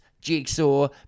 Jigsaw